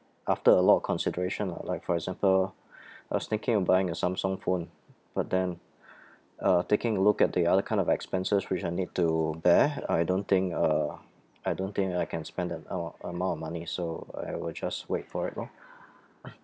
after a lot of consideration lah like for example I was thinking of buying a samsung phone but then uh taking a look at the other kind of expenses which I need to bear I don't think uh I don't think I can spend that a~ amount of money so I will just wait for it lor